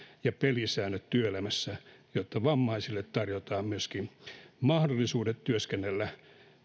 ja pelisäännöt työelämässä jotta myöskin vammaisille tarjotaan mahdollisuudet työskennellä